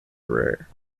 rare